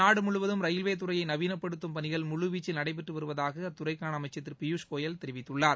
நாடு முழுவதும் ரயில்வே துறையை நவீனப்படுத்தும் பணிகள் முழுவீச்சில் நடைபெற்று வருவதாக அத்துறைக்கான அமைச்சர் திரு பியூஸ்கோயல் தெரிவித்துள்ளார்